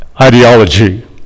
ideology